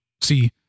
See